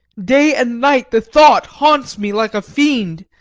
day and night the thought haunts me like a fiend,